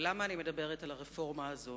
למה אני מדברת על הרפורמה הזאת,